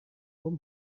own